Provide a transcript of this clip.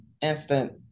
instant